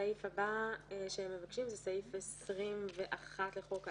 הסעיף הבא שהם מבקשים זה סעיף 21 לחוק העזר.